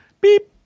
beep